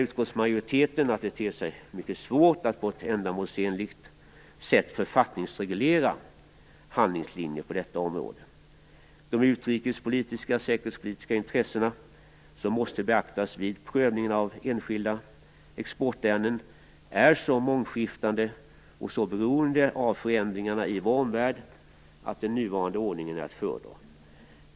Utskottsmajoriteten menar att det ter sig mycket svårt att på ett ändamålsenligt sätt författningsreglera handlingslinjer på detta område. De utrikes och säkerhetspolitiska intressen som måste beaktas vid prövningen av enskilda exportärenden är så mångskiftande och så beroende av förändringarna i vår omvärld, att den nuvarande ordningen är att föredra.